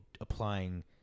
applying